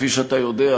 כפי שאתה יודע,